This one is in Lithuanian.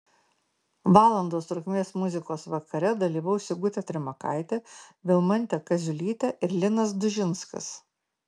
valandos trukmės muzikos vakare dalyvaus sigutė trimakaitė vilmantė kaziulytė ir linas dužinskas